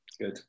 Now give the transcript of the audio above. Good